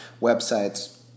websites